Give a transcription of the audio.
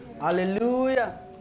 Hallelujah